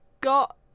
got